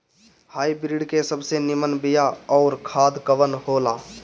Hybrid के सबसे नीमन बीया अउर खाद कवन हो ला?